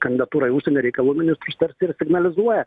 kandidatūra į užsienio reikalų ministrus tarsi ir signalizuoja